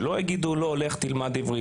שלא יגידו לבן אדם בן 90 ללכת ללמוד עברית.